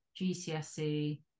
GCSE